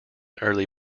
early